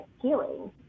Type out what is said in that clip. healing